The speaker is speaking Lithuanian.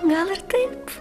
gal ir taip